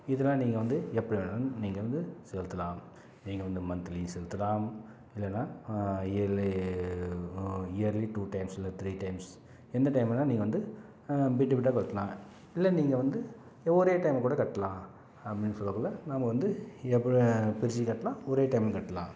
இதலாம் நீங்கள் வந்து எப்படி வேண்ணாலும் நீங்கள் வந்து செலுத்தலாம் நீங்கள் வந்து மந்த்லி செலுத்தலாம் இல்லைன்னா இயர்லி இயர்லி டூ டைம்ஸ் இல்லை த்ரீ டைம்ஸ் எந்த டைமில் வேண்ணாலும் நீங்கள் வந்து பிட்டு பிட்டாக கட்டலாம் இல்லை நீங்கள் வந்து ஏ ஒரே டைமாக கூட கட்டலாம் அப்படின்னு சொல்லக்குள்ளே நாம் வந்து இதேபோல் பிரித்து கட்டலாம் ஒரே டைம்லேயும் கட்டலாம்